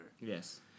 Yes